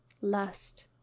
lust